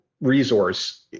resource